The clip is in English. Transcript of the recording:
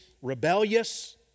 rebellious